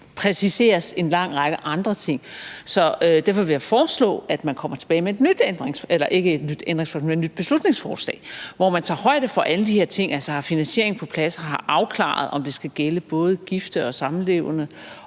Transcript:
præciseres en lang række andre ting. Så derfor vil jeg foreslå, at man kommer tilbage med et nyt beslutningsforslag, hvor man tager højde for alle de her ting, altså at man har finansieringen på plads og har afklaret, om det skal gælde for gifte og samlevende,